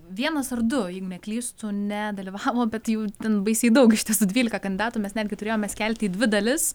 vienas ar du jei neklystu nedalyvavo bet jų ten baisiai daug iš tiesų dvylika kandidatų mes netgi turėjome skelti į dvi dalis